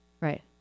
Right